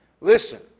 listen